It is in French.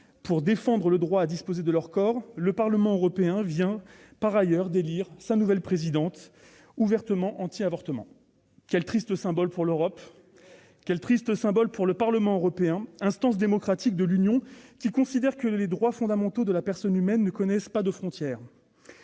pour défendre le droit à disposer de leur corps, le Parlement européen vient par ailleurs d'élire sa nouvelle présidente, ouvertement anti-avortement. Votre groupe a voté pour elle ! Quel triste symbole pour l'Europe. Quel triste symbole pour le Parlement européen, instance démocratique de l'Union européenne qui considère que les droits fondamentaux de la personne humaine ne connaissaient pas de frontière.